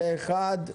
פה אחד.